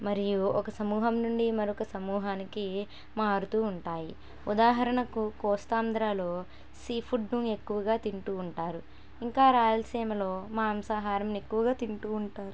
మరియు ఒక సమూహం నుండి మరొక సమూహానికి మారుతు ఉంటాయి ఉదాహరణకు కోస్తాంధ్రలో సీ ఫుడ్ను ఎక్కువగా తింటు ఉంటారు ఇంకా రాయలసీమలో మాంసాహారంను ఎక్కువగా తింటు ఉంటారు